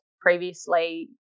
previously